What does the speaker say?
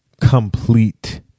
complete